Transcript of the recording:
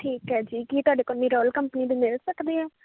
ਠੀਕ ਹੈ ਜੀ ਕੀ ਤੁਹਾਡੇ ਕੋਲ ਨਿਰੋਲ ਕੰਪਨੀ ਦੇ ਮਿਲ ਸਕਦੇ ਹੈ